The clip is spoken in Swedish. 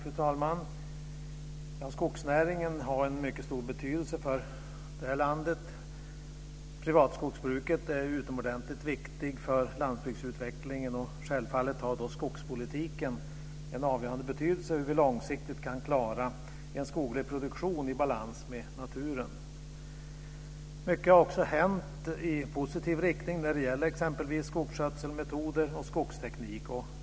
Fru talman! Skogsnäringen har en mycket stor betydelse för detta land. Privatskogsbruket är utomordentligt viktigt för landsbygdsutvecklingen, och självfallet har då skogspolitiken en avgörande betydelse för hur vi långsiktigt kan klara en skoglig produktion i balans med naturen. Mycket har också hänt i positiv riktning när det gäller exempelvis skogsskötsel, metoder och skogsteknik.